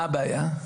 מה הבעיה?